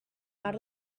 out